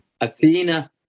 Athena